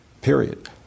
period